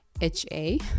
HA